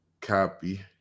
copy